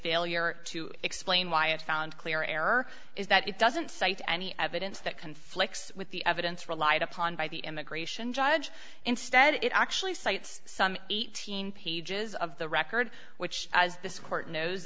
failure to explain why it found clear error is that it doesn't cite any evidence that conflicts with the evidence relied upon by the immigration judge instead it actually cites some eighteen pages of the record which as this court kno